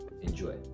Enjoy